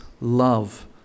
love